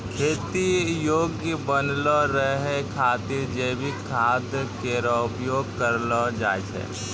खेती योग्य बनलो रहै खातिर जैविक खाद केरो उपयोग करलो जाय छै